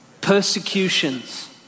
persecutions